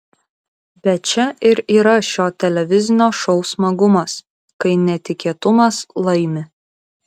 bet čia ir yra šio televizinio šou smagumas kai netikėtumas laimi